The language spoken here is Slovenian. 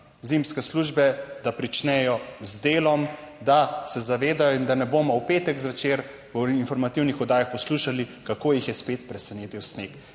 zimske službe, da pričnejo z delom, da se tega zavedajo, in da ne bomo v petek zvečer v informativnih oddajah poslušali, kako jih je spet presenetil sneg.